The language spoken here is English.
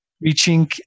reaching